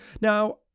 Now